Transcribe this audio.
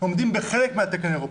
עומדים בחלק מהתקן האירופאי.